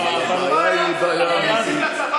אבל הבעיה היא בעיה אמיתית.